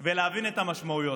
רגע ולהבין את המשמעויות.